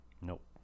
nope